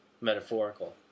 metaphorical